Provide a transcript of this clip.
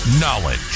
Knowledge